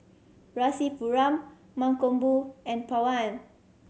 Rasipuram Mankombu and Pawan